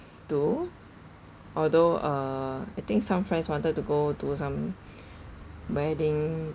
do although uh I think some friends wanted to go do some wedding